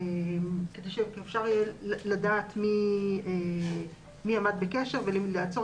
כדי שאפשר יהיה לדעת מי עמד בקשר ולעצור